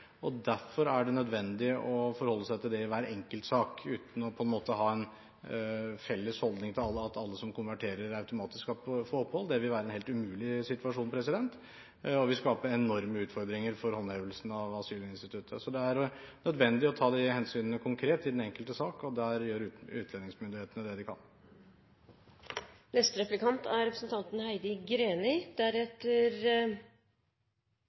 Derfor er det nødvendig å forholde seg til det i hver enkelt sak, uten å ha en felles holdning til alle – at alle som konverterer, automatisk skal få opphold. Det vil være en helt umulig situasjon og skape enorme utfordringer for håndhevelsen av asylinstituttet. Så det er nødvendig å ta de hensynene konkret i den enkelte sak, og der gjør utlendingsmyndighetene det de